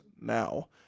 now